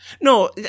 No